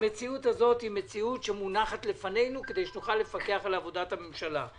המציאות הזאת מונחת בפנינו כדי שנוכל לפקח על עבודת הממשלה.